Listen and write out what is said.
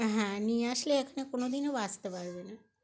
হ্যাঁ নিয়ে আসলে এখানে কোনো দিনও বাঁচতে পারবে না